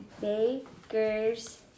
Baker's